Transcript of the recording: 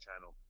channel